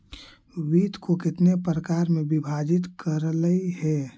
वित्त को कितने प्रकार में विभाजित करलइ हे